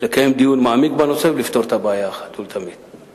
לקיים דיון מעמיק בנושא ולפתור את הבעיה אחת ולתמיד.